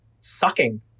sucking